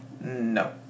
No